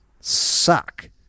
Suck